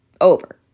over